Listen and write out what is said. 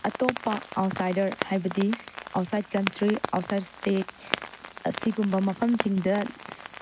ꯑꯇꯣꯞꯄ ꯑꯥꯎꯠꯁꯥꯏꯗꯔ ꯍꯥꯏꯕꯗꯤ outside country outside state ꯑꯁꯤꯒꯨꯝꯕ ꯃꯐꯝ ꯁꯤꯡꯗ